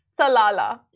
Salala